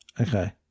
Okay